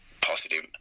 positive